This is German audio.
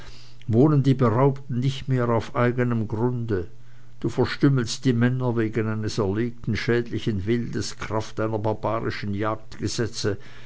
wohnen die beraubten nicht mehr auf eigenem grunde du verstümmelst die männer wegen eines erlegten schädlichen wildes kraft deiner barbarischen